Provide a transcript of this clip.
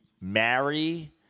marry